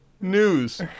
news